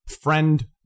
friend